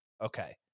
okay